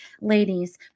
ladies